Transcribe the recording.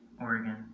Oregon